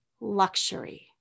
luxury